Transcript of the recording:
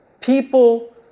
People